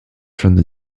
from